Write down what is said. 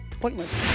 pointless